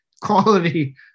quality